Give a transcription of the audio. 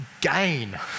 gain